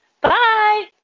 Bye